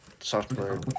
software